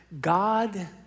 God